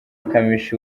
kamichi